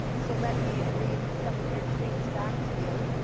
so let me read some of your tweets back to you.